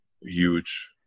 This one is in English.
huge